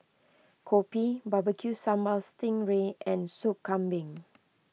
Kopi BBQ Sambal Sting Ray and Soup Kambing